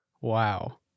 wow